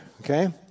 okay